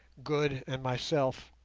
good, and myself,